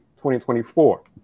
2024